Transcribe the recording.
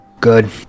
good